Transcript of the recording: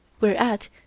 Whereat